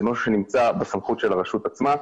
זה משהו שנמצא בסמכות של הרשות עצמה,